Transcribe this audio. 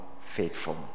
faithful